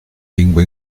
lingua